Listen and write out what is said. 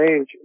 age